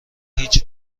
هیچ